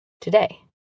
today